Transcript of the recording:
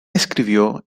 escribió